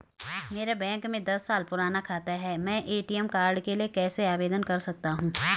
मेरा बैंक में दस साल पुराना खाता है मैं ए.टी.एम कार्ड के लिए कैसे आवेदन कर सकता हूँ?